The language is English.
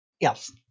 Yes